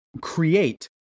create